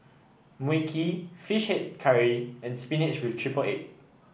Mui Kee fish head curry and spinach with triple egg